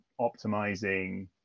optimizing